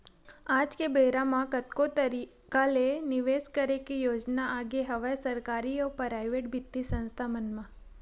आज के बेरा म कतको तरिका ले निवेस करे के योजना आगे हवय सरकारी अउ पराइेवट बित्तीय संस्था मन म